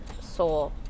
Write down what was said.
soul